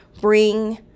bring